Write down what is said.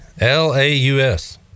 L-A-U-S